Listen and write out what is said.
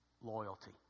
Loyalty